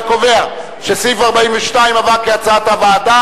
וקובע שסעיף 42 עבר כהצעת הוועדה